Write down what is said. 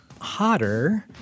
hotter